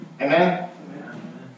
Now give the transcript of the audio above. Amen